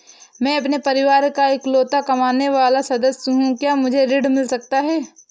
मैं अपने परिवार का इकलौता कमाने वाला सदस्य हूँ क्या मुझे ऋण मिल सकता है?